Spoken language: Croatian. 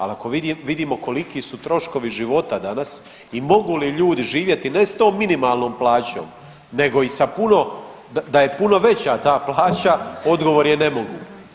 Ali ako vidimo koliki su troškovi života danas i mogu li ljudi živjeti ne sa tom minimalnom plaćom, nego i sa puno i da je puno veća ta plaća odgovor je ne mogu.